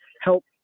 help